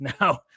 Now